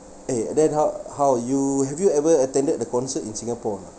eh then how how you are have you ever attended the concert in singapore